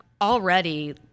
already